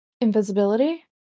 Invisibility